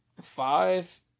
five